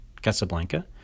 Casablanca